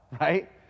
right